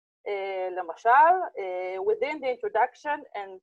למשל, within the introduction and